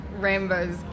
rainbows